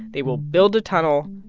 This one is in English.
they will build a tunnel,